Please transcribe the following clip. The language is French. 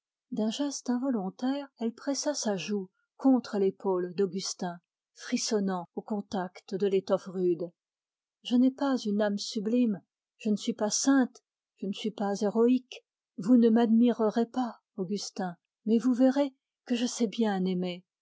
d'un geste involontaire elle pressa sa joue contre l'épaule d'augustin frissonnant au contact de l'étoffe rude je ne suis pas sainte je ne suis pas héroïque vous ne m'admirerez pas augustin mais vous verrez que je sais bien aimer